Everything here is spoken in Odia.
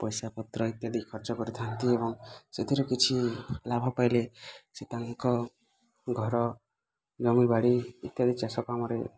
ପଇସାପତ୍ର ଇତ୍ୟାଦି ଖର୍ଚ୍ଚ କରିଥାନ୍ତି ଏବଂ ସେଥିରେ କିଛି ଲାଭ ପାଇଲେ ସେ ତାଙ୍କ ଘର ଜମିବାଡ଼ି ଇତ୍ୟାଦି ଚାଷ କାମରେ